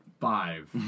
Five